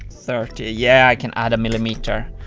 thirty. yeah, i can add a millimeter!